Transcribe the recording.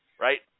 right